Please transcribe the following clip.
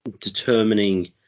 determining